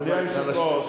זה היה, קיצוני גם.